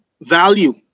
value